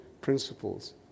principles